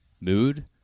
mood